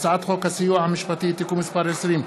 הצעת חוק הסיוע המשפטי (תיקון מס' 20),